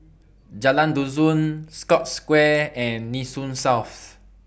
Jalan Dusun Scotts Square and Nee Soon South